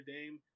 Dame